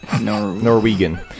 Norwegian